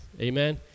amen